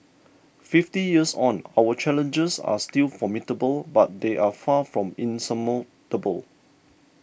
fifty years on our challenges are still formidable but they are far from insurmountable